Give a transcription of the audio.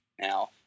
now